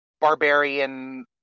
barbarian